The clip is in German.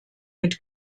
mit